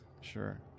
sure